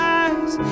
eyes